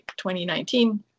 2019